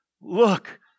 look